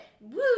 Woo